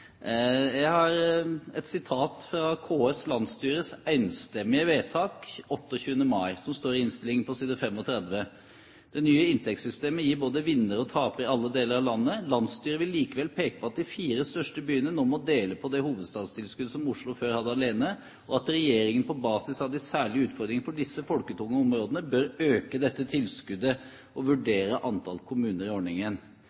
Jeg har et sitat fra KS landsstyres enstemmige vedtak 28. mai, som står i innstillingen på side 35: «Det nye inntektssystemet gir både «vinnere» og «tapere» i alle deler av landet. Landsstyret vil likevel peke på at de fire største byene nå må dele på det hovedstadstilskuddet som Oslo før hadde alene, og at regjeringen på basis av de særlige utfordringene for disse folketunge områdene bør øke dette tilskuddet og